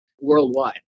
worldwide